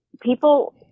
people